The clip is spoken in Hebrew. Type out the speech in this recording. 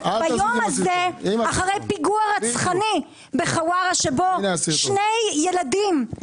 אחרי פיגוע רצחני בחווארה שבו שני ילדים,